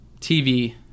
TV